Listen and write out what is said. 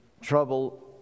trouble